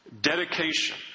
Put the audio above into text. dedication